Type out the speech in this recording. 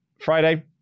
Friday